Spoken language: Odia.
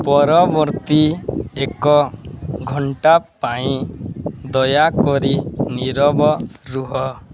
ପରବର୍ତ୍ତୀ ଏକ ଘଣ୍ଟା ପାଇଁ ଦୟାକରି ନୀରବ ରୁହ